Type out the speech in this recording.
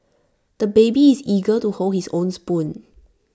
the baby is eager to hold his own spoon